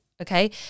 okay